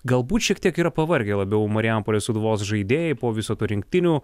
galbūt šiek tiek yra pavargę labiau marijampolės sūduvos žaidėjai po viso to rinktinių